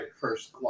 first